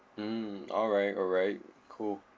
mm alright alright cool